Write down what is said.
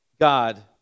God